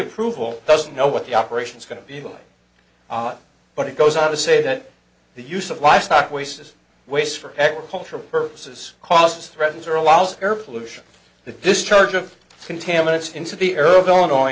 approval doesn't know what the operation is going to be able but it goes on to say that the use of livestock waste is waste for agricultural purposes costs threatens or allows air pollution the discharge of contaminants into the earth illinois